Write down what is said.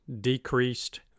decreased